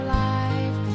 life